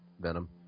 Venom